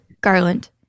Garland